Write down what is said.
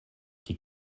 die